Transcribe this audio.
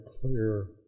clear